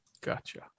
Gotcha